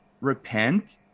repent